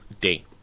day